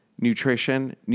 nutrition